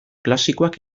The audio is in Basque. klasikoak